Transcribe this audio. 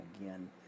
again